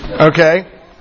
okay